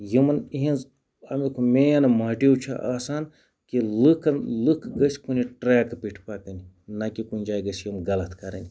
یِمَن اِہِنٛز امیٚک مین موٹِو چھُ آسان کہِ لُکَن لُکھ گٔژھ کُنہِ ٹریک پیٚٹھ پَکن نہَ کہِ کُنہِ جایہِ گٔژھۍ یِم غَلَط کَرٕنۍ